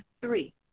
Three